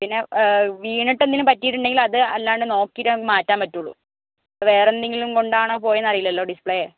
പിന്നെ വീണിട്ട് എന്തെങ്കിലും പറ്റിയിട്ടുണ്ടെങ്കില് അത് അല്ലാണ്ട് നോക്കിയിട്ട് നമുക്ക് മാറ്റാൻ പറ്റുകയുള്ളു വേറെയെന്തെങ്കിലും കൊണ്ടാണോ പോയതെന്നറിയത്തില്ലല്ലോ ഡിസ്പ്ലേ